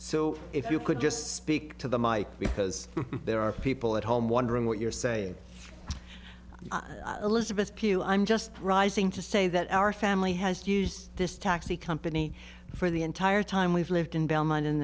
so if you could just speak to the mike because there are people at home wondering what you're saying elizabeth pugh i'm just rising to say that our family has used this taxi company for the entire time we've lived in belmont and